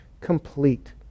complete